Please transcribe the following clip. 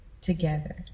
together